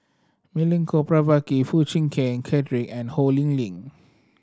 Milenko Prvacki Foo Chee Keng Cedric and Ho Lee Ling